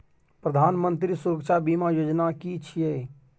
प्रधानमंत्री सुरक्षा बीमा योजना कि छिए?